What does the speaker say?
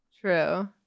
True